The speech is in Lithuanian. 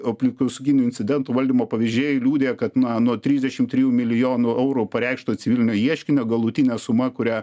aplinkosauginių incidentų valdymo pavyzdžiai liudija kad na nuo trisdešim trijų milijonų eurų pareikšto civilinio ieškinio galutinė suma kurią